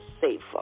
safer